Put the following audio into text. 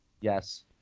Yes